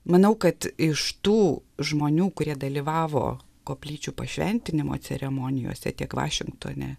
manau kad iš tų žmonių kurie dalyvavo koplyčių pašventinimo ceremonijose tiek vašingtone